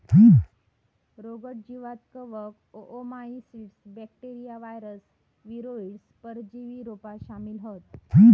रोगट जीवांत कवक, ओओमाइसीट्स, बॅक्टेरिया, वायरस, वीरोइड, परजीवी रोपा शामिल हत